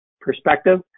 perspective